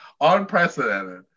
Unprecedented